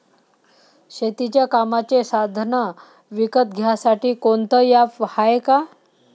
शेतीच्या कामाचे साधनं विकत घ्यासाठी कोनतं ॲप हाये का?